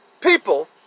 people